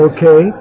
Okay